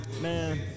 Man